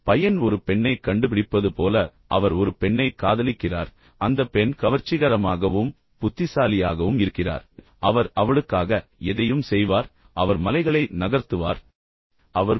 பையன் ஒரு பெண்ணைக் கண்டுபிடிப்பது போல பின்னர் அவர் ஒரு பெண்ணைக் காதலிக்கிறார் அந்தப் பெண் கவர்ச்சிகரமாகவும் புத்திசாலியாகவும் இருக்கிறார் பின்னர் அவர் அவளுக்காக எதையும் செய்வார் அவர் மலைகளை நகர்த்துவார் அவர் இந்த விஷயங்களைச் செய்வார்